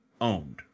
owned